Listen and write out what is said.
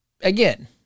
again